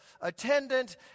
attendant